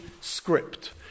script